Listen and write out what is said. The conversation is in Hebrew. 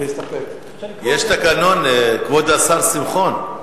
יש תקנון, כבוד השר שמחון.